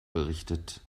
berichtet